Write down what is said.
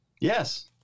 Yes